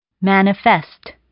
manifest